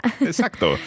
Exacto